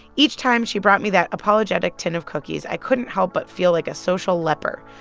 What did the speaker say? each time she brought me that apologetic tin of cookies, i couldn't help but feel like a social leper.